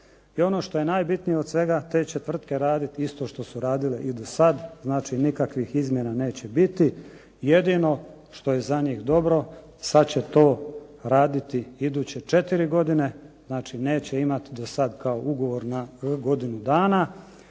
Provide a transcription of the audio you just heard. I ono što je najbitnije od svega te će tvrtke raditi isto što su radile i dosad znači nikakvih izmjena neće biti, jedino što je za njih dobro sad će to raditi iduće 4 godine, znači neće imati dosad kao ugovor na godinu dana